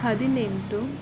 ಹದಿನೆಂಟು